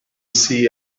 see